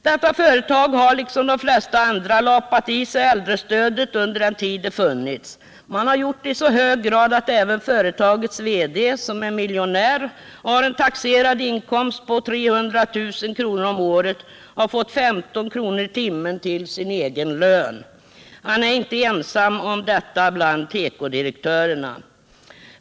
Detta företag har liksom de flesta andra lapat i sig äldrestödet under den tid det funnits. Man har gjort det i så hög grad att även företagets VD, som är miljonär och har en taxerad inkomst på 300 000 kr. om året, har fått 15 kr. i timmen till sin egen lön. Han är inte ensam om detta bland tekodirektörerna.